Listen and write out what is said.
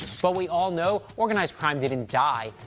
so we all know organized crime didn't die.